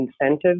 incentives